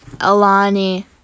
Alani